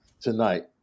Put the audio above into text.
tonight